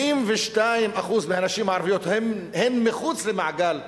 ש-82% מהנשים הערביות הן מחוץ למעגל העבודה,